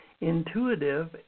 intuitive